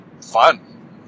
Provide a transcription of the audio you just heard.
fun